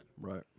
Right